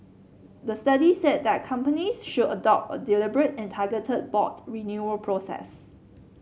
the study said that companies should adopt a deliberate and targeted board renewal process